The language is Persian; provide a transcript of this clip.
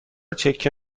چکه